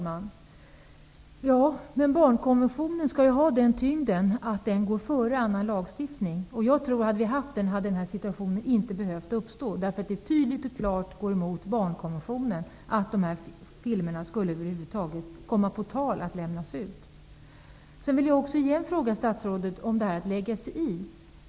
Herr talman! Barnkonventionen skall ju ha den tyngden att den går före annan lagstiftning. Om barnkonventionen hade varit införd i svensk lagstiftning, hade denna situation inte behövt uppstå, eftersom det tydligt och klart går emot barnkonventionen att ens föra på tal att dessa filmer skulle lämnas ut. Jag vill återigen fråga statsrådet om det här med att lägga sig i.